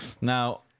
now